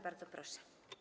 Bardzo proszę.